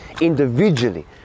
individually